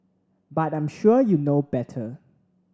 but I'm sure you know better